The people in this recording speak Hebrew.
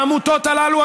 העמותות הללו,